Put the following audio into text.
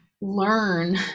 learn